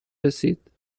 رسید